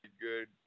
good